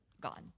gone